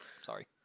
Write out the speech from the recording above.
Sorry